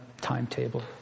timetable